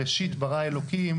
בראשית ברא אלוקים